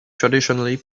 traditionally